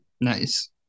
Nice